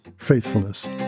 faithfulness